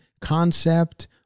concept